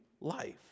life